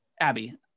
Abby